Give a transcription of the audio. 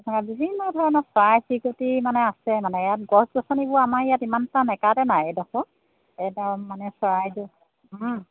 এনেকুৱা বিভিন্ন ধৰণৰ চৰাই চিৰিকটি মানে আছে মানে ইয়াত গছ গছনিবোৰ আমাৰ ইয়াত ইমান এটা নাকাটে নাই এইডোখৰ একদম মানে চৰাইদেউ